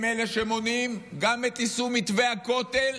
הם אלה שמונעים גם את יישום מתווה הכותל